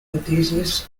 enthusiasts